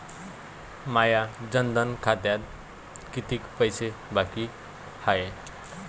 माया जनधन खात्यात कितीक पैसे बाकी हाय?